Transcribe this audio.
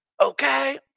Okay